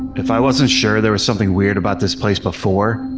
if i wasn't sure there was something weird about this place before,